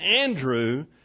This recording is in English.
Andrew